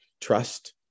Trust